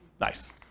Nice